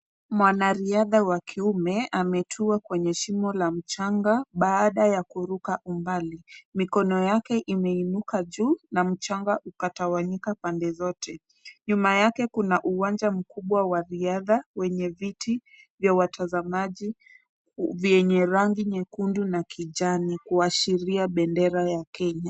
Mwanariadha wa kiume ametua kwenye shimo la mchanga, baada ya kuruka umbali. Mikono yake imeinuka juu na mchanga ukatawanyika pande zote. Nyuma yake kuna uwanja mkubwa wa riadha, wenye viti vya watazamaji vyenye rangi nyekundu na kijani, kuashiria bendera ya Kenya.